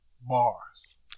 Bars